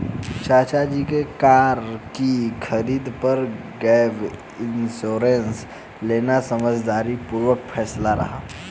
चाचा जी का कार की खरीद पर गैप इंश्योरेंस लेना समझदारी पूर्ण फैसला रहा